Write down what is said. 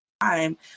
time